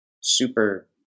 super